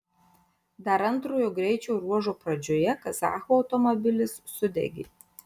dar antrojo greičio ruožo pradžioje kazachų automobilis sudegė